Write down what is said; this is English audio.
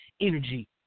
energy